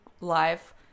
life